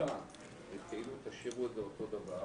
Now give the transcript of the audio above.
במהותה זה כאילו: תשאירו את יחידת המימון אותו דבר.